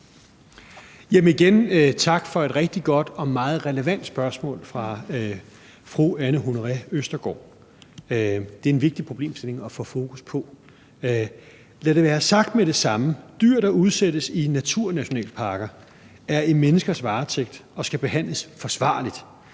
et rigtig godt og meget relevant spørgsmål fra fru Anne Honoré Østergaard. Det er en vigtig problemstilling at få fokus på. Lad det være sagt med det samme: Dyr, der udsættes i naturnationalparker, er i menneskers varetægt og skal behandles forsvarligt;